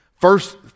First